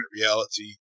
reality